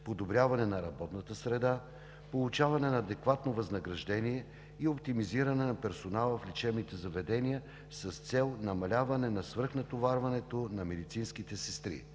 подобряване на работната среда; получаване на адекватно възнаграждение и оптимизиране на персонала в лечебните заведения с цел намаляване на свръхнатоварването на медицинските сестри;